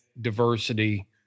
diversity